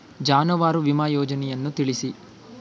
ಜಾನುವಾರು ವಿಮಾ ಯೋಜನೆಯನ್ನು ತಿಳಿಸಿ?